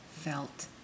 felt